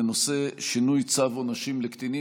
בנושא: שינוי צו עונשים לקטינים.